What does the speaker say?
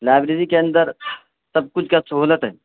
library کے اندر سب کچھ کیا سہولت ہے